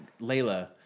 Layla